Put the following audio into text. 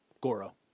Goro